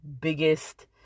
biggest